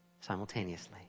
simultaneously